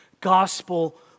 gospel